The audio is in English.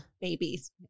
Babies